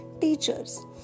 teachers